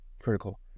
critical